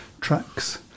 tracks